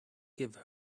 give